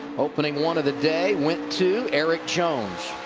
opening one of the day went to erik jones.